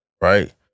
Right